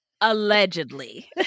allegedly